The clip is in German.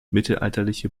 mittelalterliche